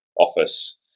office